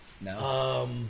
no